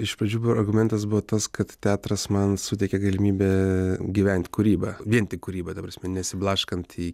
iš pradžių buvo argumentas buvo tas kad teatras man suteikia galimybę gyvent kūryba vien tik kūryba ta prasme nesiblaškant į